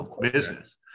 business